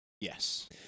Yes